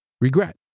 Regret